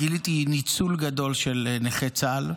גיליתי ניצול גדול של נכי צה"ל.